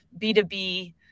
B2B